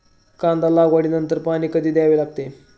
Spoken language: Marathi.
कांदा लागवडी नंतर पाणी कधी द्यावे लागते?